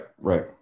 right